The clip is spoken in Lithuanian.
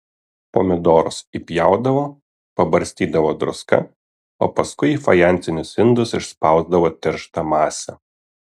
pomidorus įpjaudavo pabarstydavo druska o paskui į fajansinius indus išspausdavo tirštą masę